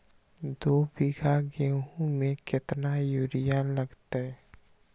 दो बीघा गेंहू में केतना यूरिया लगतै?